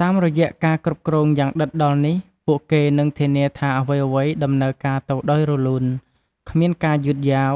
តាមរយៈការគ្រប់គ្រងយ៉ាងដិតដល់នេះ ពួកគេនឹងធានាថាអ្វីៗដំណើរការទៅដោយរលូន គ្មានការយឺតយ៉ាវ